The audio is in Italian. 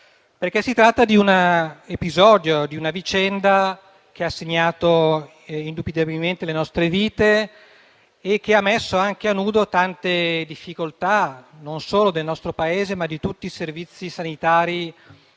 tratta infatti di un episodio che ha segnato indubitabilmente le nostre vite e ha messo anche a nudo tante difficoltà, e non solo del nostro Paese, ma di tutti i servizi sanitari